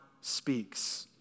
speaks